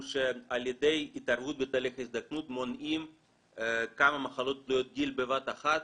שעל ידי התערבות בתהליך ההזדקנות מונעים כמה מחלות תלויות גיל בבת אחת.